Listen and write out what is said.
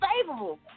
favorable